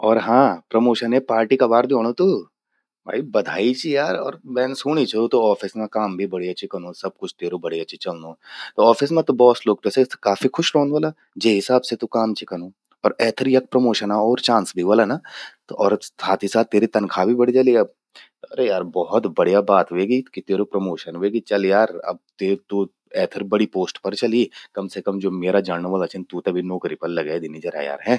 और हां प्रमोशने पार्टी कबार द्योणूं तु? भाई बाधाई चि यार और मैन सूणी छो तू ऑफिस बढ़िया चि कनू, सब कुछ त्येरु बढ़िया चि चलणू, त ऑफिस मां त बॉस लोग त्वेसे काफी खुश रौंद व्हला। जे हिसाब से तु काम चि कनू। और एथर यख प्रमोशना और भि चांस वला ना? त और साथ ही थ त्येरि तनख्वाह भि बड़ि जलि अब। अरे यार बहोत बढ़िया बात ह्वेगि। त्येरु प्रमोशन व्हेगि, चल यार अब तू एथर बड़ि पोस्ट पर चली। कम से कम ज्वो म्येरा जण्ण वला छिन, तूंते भि नौकरी पर लगे दीनी जरा यार हैं।